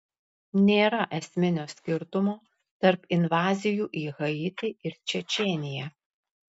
nėra esminio skirtumo tarp invazijų į haitį ir čečėniją